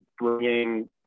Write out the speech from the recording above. bringing